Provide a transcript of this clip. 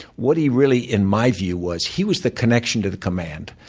what he really, in my view, was he was the connection to the command.